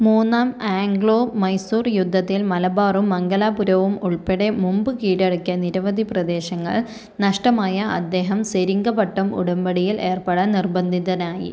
മൂന്നാം ആംഗ്ലോ മൈസൂർ യുദ്ധത്തിൽ മലബാറും മംഗലാപുരവും ഉൾപ്പെടെ മുമ്പ് കീഴടക്കിയ നിരവധി പ്രദേശങ്ങൾ നഷ്ടമായ അദ്ദേഹം സെരിംഗപട്ടം ഉടമ്പടിയിൽ ഏർപ്പെടാൻ നിർബന്ധിതനായി